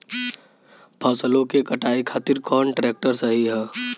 फसलों के कटाई खातिर कौन ट्रैक्टर सही ह?